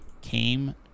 came